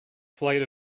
flight